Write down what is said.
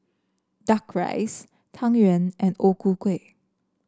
duck rice Tang Yuen and O Ku Kueh